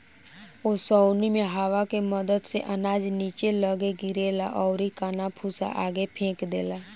ओसौनी मे हवा के मदद से अनाज निचे लग्गे गिरेला अउरी कन्ना भूसा आगे फेंक देला